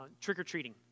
trick-or-treating